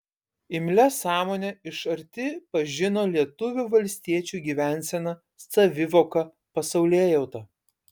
imlia sąmone iš arti pažino lietuvių valstiečių gyvenseną savivoką pasaulėjautą